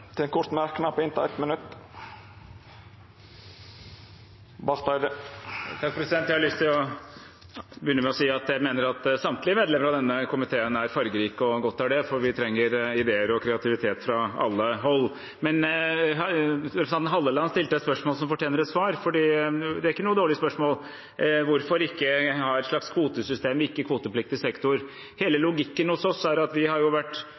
til ein kort merknad, avgrensa til 1 minutt. Jeg har lyst til å begynne med å si at jeg mener at samtlige medlemmer av denne komiteen er fargerike, og godt er det, for vi trenger ideer og kreativitet fra alle hold. Men representanten Halleland stilte et spørsmål som fortjener et svar, for det er ikke noe dårlig spørsmål hvorfor vi ikke har et slags kvotesystem i ikke-kvotepliktig sektor. Hele logikken hos oss er at vi har vært